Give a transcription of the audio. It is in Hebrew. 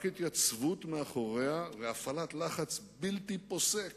רק התייצבות מאחוריה והפעלת לחץ בלתי פוסק